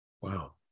Wow